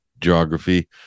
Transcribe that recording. geography